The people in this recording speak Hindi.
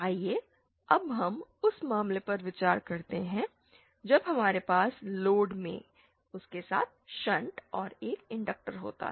आइए अब हम उस मामले पर विचार करते हैं जब हमारे पास लोड के साथ शंट में एक इंडक्टर होता है